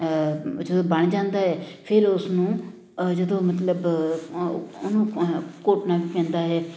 ਜਦੋਂ ਬਣ ਜਾਂਦਾ ਹੈ ਮਤਲਬ ਬਣ ਜਾਂਦਾ ਫਿਰ ਉਸਨੂੰ ਅ ਜਦੋਂ ਮਤਲਬ ਘੋਟਣਾ ਵੀ ਪੈਂਦਾ ਹੈ